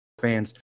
fans